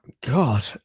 God